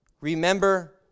Remember